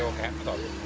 so capital